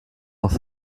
noch